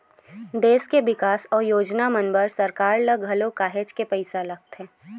देस के बिकास अउ योजना मन बर सरकार ल घलो काहेच के पइसा लगथे